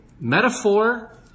metaphor